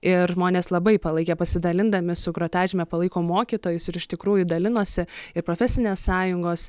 ir žmonės labai palaikė pasidalindami su grotažyme palaikom mokytojus ir iš tikrųjų dalinosi ir profesinės sąjungos